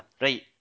Right